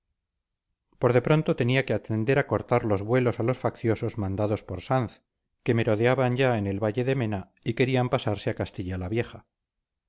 por de pronto tenía que atender a cortar los vuelos a los facciosos mandados por sanz que merodeaban ya en el valle de mena y querían pasarse a castilla la vieja